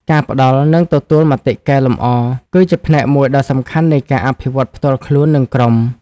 ការផ្តល់ និងទទួលមតិកែលម្អ គឺជាផ្នែកមួយដ៏សំខាន់នៃការអភិវឌ្ឍផ្ទាល់ខ្លួន និងក្រុម។